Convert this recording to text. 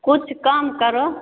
किछु कम करो